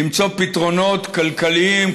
למצוא פתרונות כלכליים,